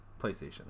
PlayStation